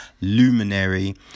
Luminary